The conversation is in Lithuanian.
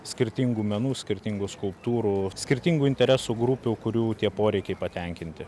skirtingų menų skirtingų skulptūrų skirtingų interesų grupių kurių tie poreikiai patenkinti